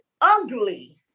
ugly